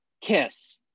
kiss